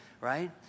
right